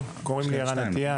שמי ערן עטייה,